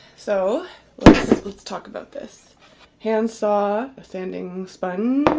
so let's talk about this hand saw a sanding sponge